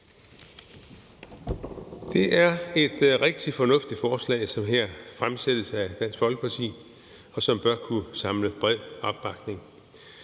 Det er et rigtig fornuftigt forslag, som her fremsættes af Dansk Folkeparti, og som bør kunne samle bred opbakning.